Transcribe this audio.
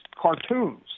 cartoons